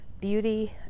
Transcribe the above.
beauty